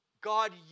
God